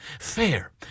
Fair